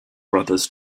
brothers